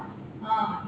ah